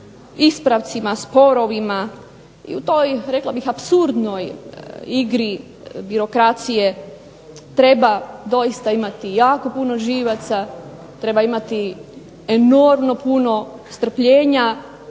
ispravcima, sporovima. I u toj rekla bih apsurdnoj igri birokracije treba doista imati jako puno živaca, treba imati enormno puno strpljenja